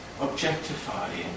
objectifying